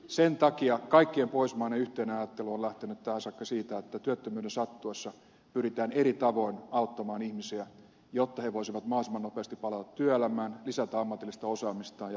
sen takia kaikkien pohjoismaiden yhteinen ajattelu on lähtenyt tähän saakka siitä että työttömyyden sattuessa pyritään eri tavoin auttamaan ihmisiä jotta he voisivat mahdollisimman nopeasti palata työelämään lisätä ammatillista osaamistaan ja pätevyyttään